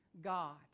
God